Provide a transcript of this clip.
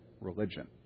religion